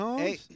Hey